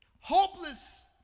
Hopeless